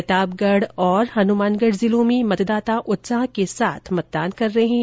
प्रतापगढ़ और हनुमानगढ़ जिलों में मतदाता उत्साह के साथ मतदान कर रहे हैं